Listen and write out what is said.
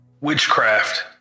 Witchcraft